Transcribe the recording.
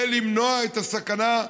למנוע את הסכנה.